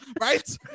right